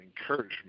encouragement